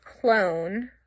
clone